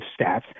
stats